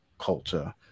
culture